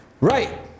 Right